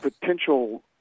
potential